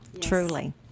truly